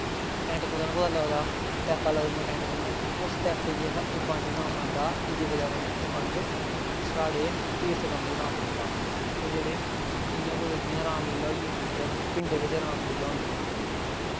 tent कुदै नां कुदै लगदा पैपां लगदियां टैंट कन्नै फिर उस पैपें दी बज़ाह् कन्नै एह् बंज कम्म आंदा फिर एह् बंज साढ़े तीर्थ कम्मे बी आंदा फिर जेह्ड़े इ'यां' जि'यां कुदै राम लीला होंदी पिंडें बिच्च राम लीला होंदी